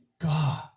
God